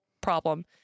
problem